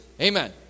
Amen